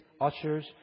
ushers